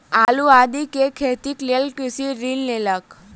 आलू आदि के खेतीक लेल कृषक ऋण लेलक